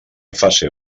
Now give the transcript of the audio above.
fase